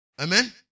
Amen